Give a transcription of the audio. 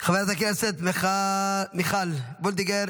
חברת הכנסת מיכל וולדיגר,